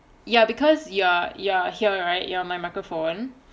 ya because you're you're here right you're my microphone